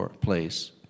place